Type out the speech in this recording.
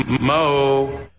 mo